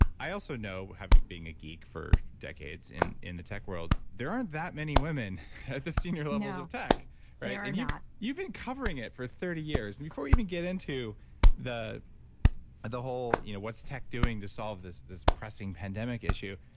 i also know, having been a geek for decades in in the tech world, there aren't that many women at the senior levels of tech no, there are not you've been covering it for thirty years. and before we even get into the the whole you know what's tech doing to solve this this pressing pandemic issue,